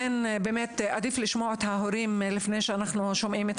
עדיף לשמוע את ההורים לפני שאנחנו שומעים את